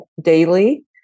daily